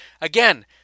again